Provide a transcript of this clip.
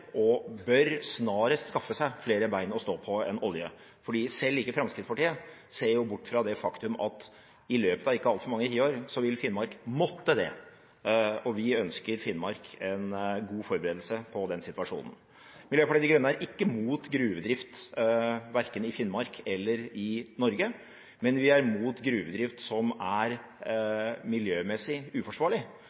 fordi ikke engang Fremskrittspartiet ser bort fra det faktum at i løpet av ikke altfor mange tiår vil Finnmark måtte det, og vi ønsker Finnmark en god forberedelse på den situasjonen. Miljøpartiet De Grønne er ikke mot gruvedrift verken i Finnmark eller i Norge, men vi er mot gruvedrift som er miljømessig uforsvarlig,